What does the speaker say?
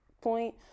point